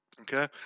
Okay